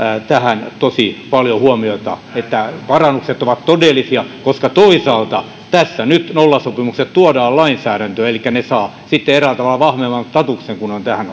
tähän tosi paljon huomiota että parannukset ovat todellisia koska toisaalta tässä nyt nollasopimukset tuodaan lainsäädäntöön eli ne saavat sitten eräällä tavalla vahvemman statuksen kuin on tähän